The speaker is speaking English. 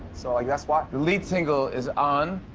so, like, that's why. the lead single is on.